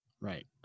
right